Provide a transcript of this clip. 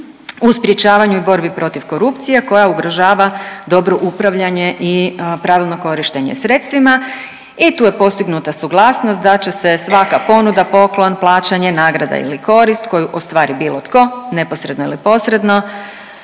u sprječavanju i borbi protiv korupcije koja ugrožava dobro upravljanje i pravilno korištenje sredstvima. I tu je postignuta suglasnost da će se svaka ponuda, poklon, plaćanje, nagrada ili korist koju ostvari bilo tko neposredno ili posredno